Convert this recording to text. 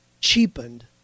cheapened